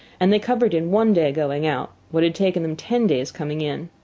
and they covered in one day going out what had taken them ten days coming in.